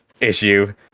issue